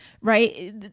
right